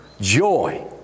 Joy